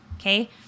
Okay